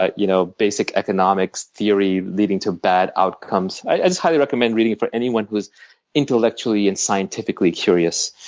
ah you know basic economics theory leading to bad outcomes. i just highly recommend reading it for anyone who is intellectually and scientifically curious.